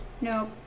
nope